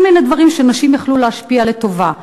כל מיני דברים שנשים יכולות להשפיע בהם לטובה.